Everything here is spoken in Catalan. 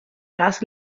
cas